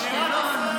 אשקלון.